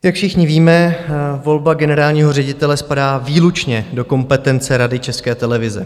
Jak všichni víme, volba generálního ředitele spadá výlučně do kompetence Rady České televize.